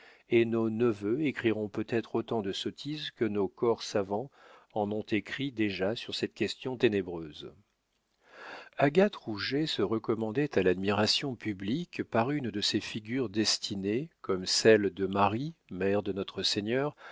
et nos neveux écriront peut-être autant de sottises que nos corps savants en ont écrit déjà sur cette question ténébreuse agathe rouget se recommandait à l'admiration publique par une de ces figures destinées comme celle de marie mère de notre seigneur